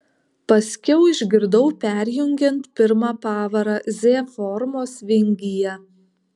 paskiau išgirdau perjungiant pirmą pavarą z formos vingyje